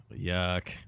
Yuck